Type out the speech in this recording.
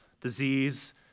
disease